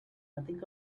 nothing